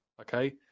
okay